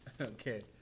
okay